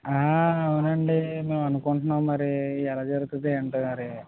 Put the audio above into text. ఆ అవునండి మేము అనుకుంటున్నాం మరి ఎలా జరుగుతుందో ఏంటో మరి